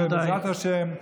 ובעזרת השם,